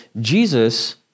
Jesus